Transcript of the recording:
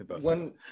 One